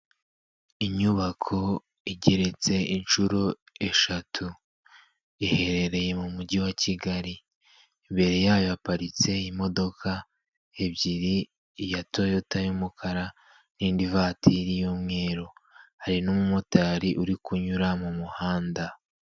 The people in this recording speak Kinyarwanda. Inyubako igeretse inshuro eshatu. Iherereye mu mujyi wa kigali. Imbere yayo haparitse imodoka ebyiri; iya toyota y'umukara, n'indi vatiri y'umweru. Hari n'umumotari uri kunyura mu muhanda.